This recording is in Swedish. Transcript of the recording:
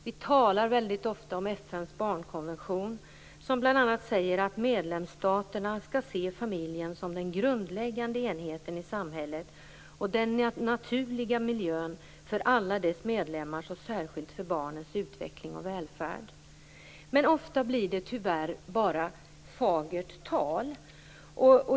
Vi talar väldigt ofta om FN:s barnkonvention som bl.a. säger att konventionsstaterna skall se familjen som den grundläggande enheten i samhället och som den naturliga miljön för alla dess medlemmar och särskilt för barnens utveckling och välfärd. Ofta blir det tyvärr bara fagert tal.